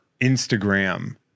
Instagram